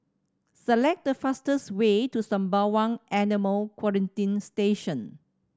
select the fastest way to Sembawang Animal Quarantine Station